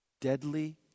Deadly